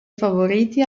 favoriti